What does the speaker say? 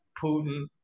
Putin